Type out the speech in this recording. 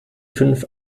fünf